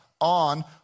on